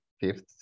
fifth